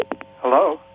Hello